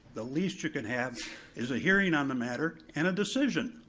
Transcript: the last you can have is a hearing on the matter and a decision.